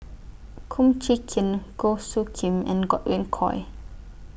Kum Chee Kin Goh Soo Khim and Godwin Koay